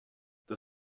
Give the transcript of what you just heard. the